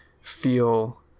feel